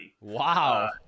Wow